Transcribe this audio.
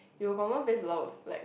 you'll confirm face a lot of like